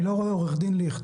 עורך הדין ליכט,